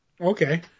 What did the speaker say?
Okay